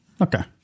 Okay